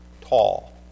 tall